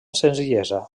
senzillesa